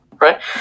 right